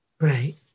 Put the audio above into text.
Right